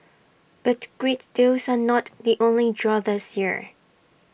but great deals are not the only draw this year